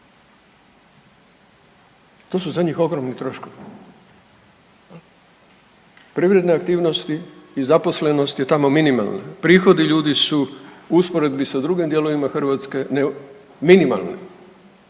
To su za njih ogromni troškovi. Privredne aktivnosti i zaposlenost je tamo minimalna, prihodi ljudi su u usporedbi sa drugim dijelovima Hrvatske minimalni.